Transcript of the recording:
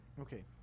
Okay